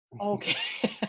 okay